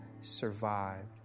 survived